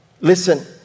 Listen